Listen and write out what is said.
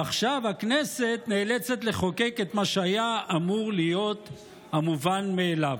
ועכשיו הכנסת נאלצת לחוקק את מה שהיה אמור להיות המובן מאליו.